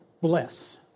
Bless